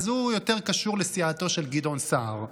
אז הוא יותר קשור לסיעתו של גדעון סער.